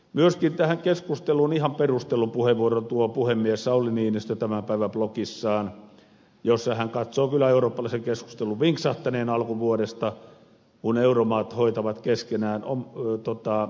myöskin tähän keskusteluun ihan perustellun puheenvuoron tuo puhemies sauli niinistö tämän päivän blogissaan jossa hän katsoo kyllä eurooppalaisen keskustelun vinksahtaneen alkuvuodesta kun euromaat hoitavat keskenään on tullut totta